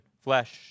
flesh